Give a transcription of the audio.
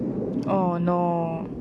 oh no